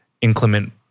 inclement